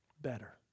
better